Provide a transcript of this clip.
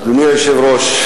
אדוני היושב-ראש,